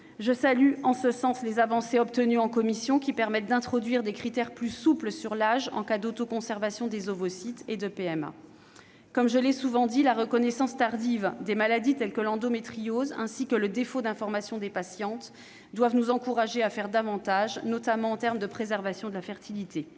Je salue en ce sens les avancées obtenues en commission : elles permettent d'introduire des critères plus souples sur l'âge en cas d'autoconservation des ovocytes et de PMA. Comme je l'ai souvent dit, la reconnaissance tardive de maladies telles que l'endométriose ainsi que le défaut d'information des patientes doivent nous encourager à faire davantage, notamment en termes de préservation de la fertilité.